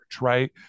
right